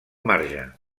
marge